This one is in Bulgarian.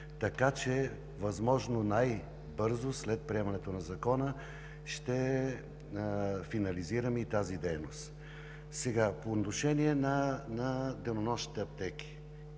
така че възможно най-бързо след приемането на Закона ще финализираме и тази дейност. По отношение на денонощните аптеки.